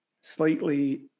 slightly